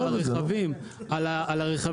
על הרכבים היקרים.